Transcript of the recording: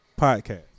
Podcast